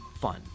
fun